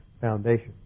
foundation